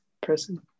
person